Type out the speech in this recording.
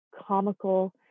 comical